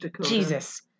Jesus